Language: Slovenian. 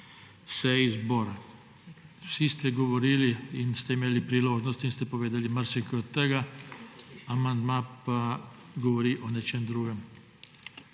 Vsi ste govorili in ste imeli priložnost in ste povedali marsikaj od tega, amandma pa govori o nečem drugem.